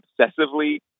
obsessively